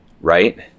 right